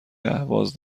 اهواز